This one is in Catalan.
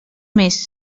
més